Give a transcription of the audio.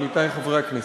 עמיתי חברי הכנסת,